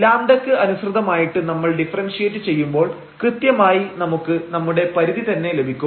λ ക്ക് അനുസൃതമായിട്ട് നമ്മൾ ഡിഫറൻഷ്യേറ്റ് ചെയ്യുമ്പോൾ കൃത്യമായി നമുക്ക് നമ്മുടെ പരിധി തന്നെ ലഭിക്കും